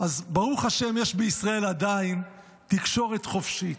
אז ברוך השם, עדיין יש בישראל תקשורת חופשית.